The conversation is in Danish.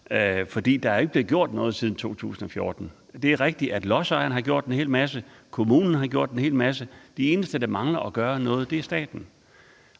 For der er jo ikke blevet gjort noget siden 2014. Det er rigtigt, at lodsejerne har gjort en hel masse, og at kommunen har gjort en hel masse, men de eneste, der mangler at gøre noget, er staten.